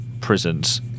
prisons